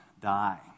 die